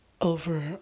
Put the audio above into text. over